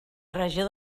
regió